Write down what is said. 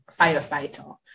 firefighter